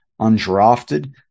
undrafted